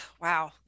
wow